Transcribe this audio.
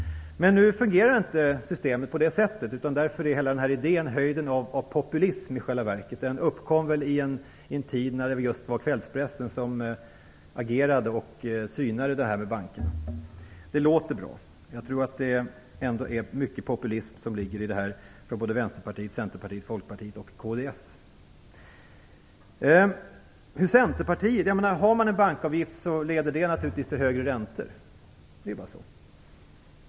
Men systemet fungerar inte på det sättet. Därför är hela idén i själva verket höjden av populism. Den uppkom väl i en tid när just kvällspressen agerade och synade bankerna. Det låter bra. Jag tror ändå att det ligger mycket populism bakom detta förslag från Vänsterpartiet, En bankavgift leder naturligtvis till högre räntor. Det är bara så.